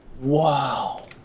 Wow